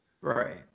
right